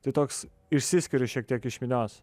tai toks išsiskiriu šiek tiek iš minios